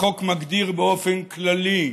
החוק מגדיר באופן כללי,